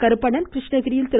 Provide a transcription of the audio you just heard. கருப்பணன் கிரு ்ணகிரியில் திரு